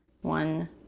one